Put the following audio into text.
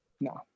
No